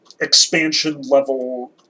expansion-level